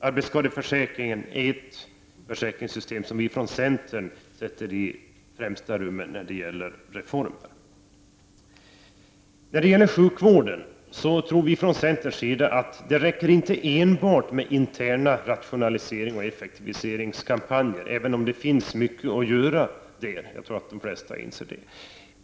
Arbetsskadeförsäkringen är ett försäkringssystem, som vi från centern sätter i främsta rummet när det gäller reformer. Inom sjukvården tror vi i centern att det inte räcker med enbart interna rationaliseringar och effektiviseringskampanjer, även om det i det avseendet finns mycket att göra, något som jag tror att de flesta inser.